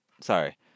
Sorry